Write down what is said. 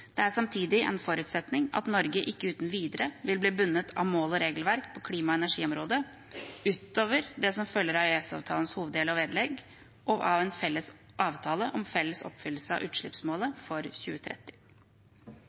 Det er samtidig en forutsetning at Norge ikke uten videre vil bli bundet av mål og regelverk på klima- og energiområdet utover det som følger av EØS-avtalens hoveddel og vedlegg og av en avtale om felles oppfyllelse av